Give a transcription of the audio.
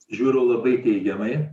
žiūriu labai teigiamai